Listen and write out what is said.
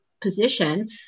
position